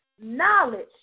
knowledge